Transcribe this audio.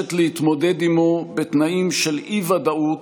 נדרשת להתמודד עימו בתנאים של אי-ודאות